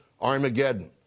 Armageddon